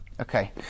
Okay